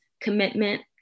commitment